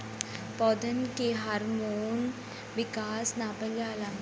पौधन के हार्मोन विकास नापल जाला